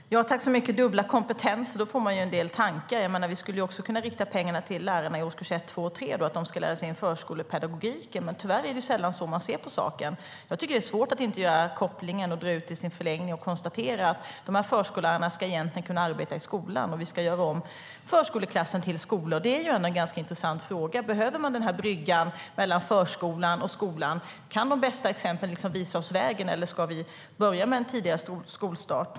STYLEREF Kantrubrik \* MERGEFORMAT Utbildning och universitetsforskningDet är en ganska intressant fråga. Behöver man den här bryggan mellan förskolan och skolan? Kan de bästa exemplen visa oss vägen, eller ska vi börja med en tidigare skolstart?